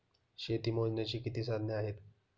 शेती मोजण्याची किती साधने आहेत?